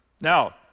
Now